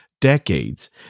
decades